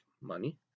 money